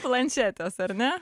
planšetės ar ne